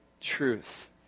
truth